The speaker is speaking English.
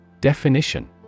Definition